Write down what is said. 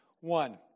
One